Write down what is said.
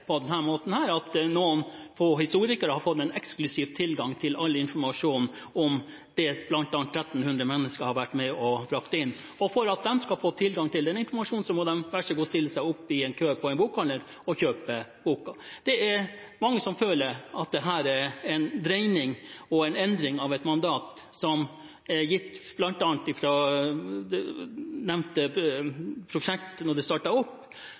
på denne måten – at noen få historikere har fått en eksklusiv tilgang til all informasjon om bl.a. det 1 300 mennesker har vært med på å bringe inn. Og for at de skal få tilgang til den informasjonen, må de vær så god stille seg opp i en kø på en bokhandel og kjøpe boken. Det er mange som føler at dette er en dreining og en endring av et mandat, som er gitt fra bl.a. nevnte prosjekt da det startet opp,